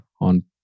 on